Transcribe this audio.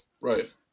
Right